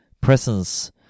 presence